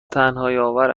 تنهاییآور